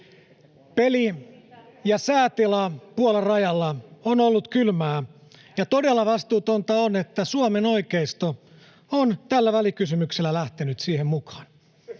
Peli ja säätila Puolan rajalla on ollut kylmää, ja todella vastuutonta on, että Suomen oikeisto on tällä välikysymyksellä lähtenyt siihen mukaan.